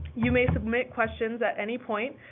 you may submit questions at any point,